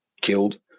killed